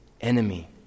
enemy